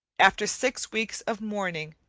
after six weeks of mourning,